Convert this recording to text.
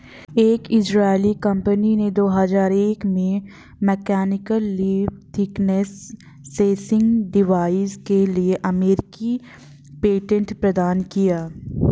एक इजरायली कंपनी ने दो हजार एक में mechanical leaf thickness sensing device के लिए अमेरिकी पेटेंट प्रदान किया